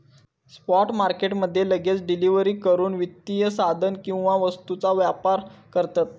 spot market मध्ये लगेच delivery करूक वित्तीय साधन किंवा वस्तूंचा व्यापार करतत